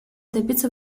добиться